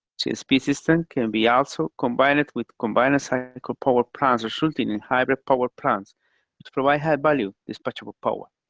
csp system can be also combined with combined cycle power plants resulting in hybrid power plants to provide high-value dispatchable power.